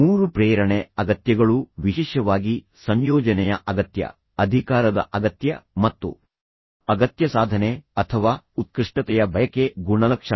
ಮೂರು ಪ್ರೇರಣೆ ಅಗತ್ಯಗಳು ವಿಶೇಷವಾಗಿ ಸಂಯೋಜನೆಯ ಅಗತ್ಯ ಅಧಿಕಾರದ ಅಗತ್ಯ ಮತ್ತು ಅತ್ಯಂತ ಪ್ರಮುಖವಾದ ಸಾಧನೆಯ ಅಗತ್ಯ ಅಥವಾ ಅಗತ್ಯ ಸಾಧನೆ ಅಥವಾ ಉತ್ಕೃಷ್ಟತೆಯ ಬಯಕೆ ಗುಣಲಕ್ಷಣ